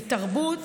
לתרבות.